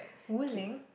wooling